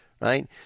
Right